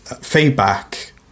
feedback